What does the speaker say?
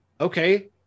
okay